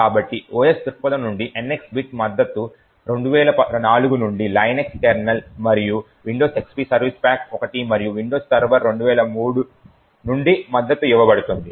కాబట్టి OS దృక్పథం నుండి NX బిట్ మద్దతు 2004 నుండి లైనక్స్ కెర్నల్స్ మరియు విండోస్XP సర్వీస్ ప్యాక్ 1 మరియు విండోస్ సర్వర్ 2003 నుండి మద్దతు ఇవ్వబడింది